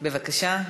בבקשה.